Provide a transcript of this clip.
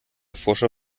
forscher